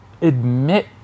admit